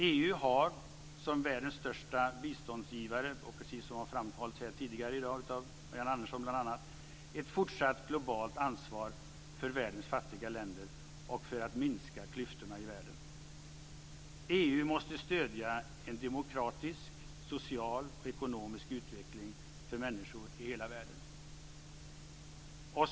EU har som världens största biståndsgivare, som har framhållits tidigare i dag av bl.a. Marianne Andersson, ett fortsatt globalt ansvar för världens fattiga länder och för att minska klyftorna i världen. EU måste stödja en demokratisk, social och ekonomisk utveckling för människor i hela världen.